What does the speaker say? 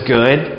good